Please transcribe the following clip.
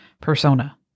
persona